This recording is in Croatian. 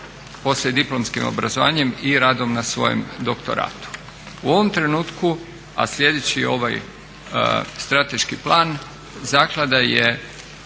poslijediplomskim obrazovanjem i radom na svojem doktoratu. U ovom trenutku, a slijedeći ovaj strateški plan zaklada je